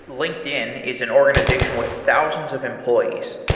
linkedin is an organization with thousands of employees.